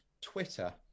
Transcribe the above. Twitter